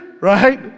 right